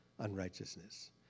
unrighteousness